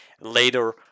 later